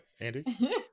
Andy